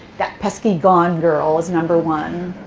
that pesky gone girl is number one.